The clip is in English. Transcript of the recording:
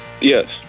Yes